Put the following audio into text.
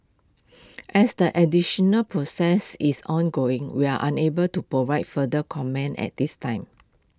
as the additional process is ongoing we are unable to provide further comments at this time